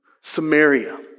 Samaria